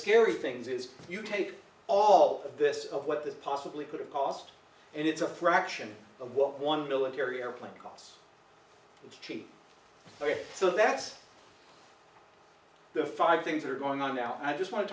scary things is you take all of this what this possibly could have cost and it's a fraction of what one military airplane calls cheap so that's the five things are going on now i just want to